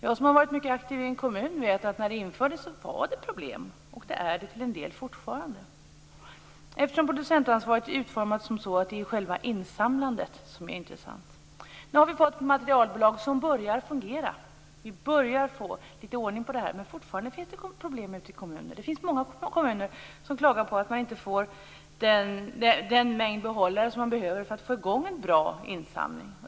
Jag som har varit mycket aktiv i en kommun vet att när det infördes fanns det problem, och det finns problem för en del fortfarande eftersom producentansvaret är utformat så att det är själva insamlandet som är intressant. Nu har det kommit materialbolag som börjar fungera. Vi börjar få litet ordning på det hela. Men det finns fortfarande problem ute i kommunerna. Det finns många som klagar på att de inte får den mängd behållare de behöver för att kunna få i gång en bra insamling.